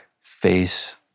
face